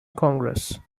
congress